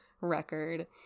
record